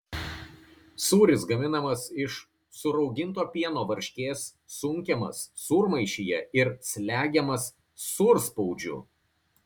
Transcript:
sūris gaminamas iš surauginto pieno varškės sunkiamas sūrmaišyje ir slegiamas sūrspaudžiu